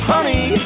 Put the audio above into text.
Honey